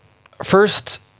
First